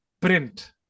Print